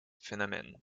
phänomen